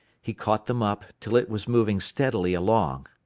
he caught them up, till it was moving steadily along.